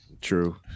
True